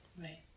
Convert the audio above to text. right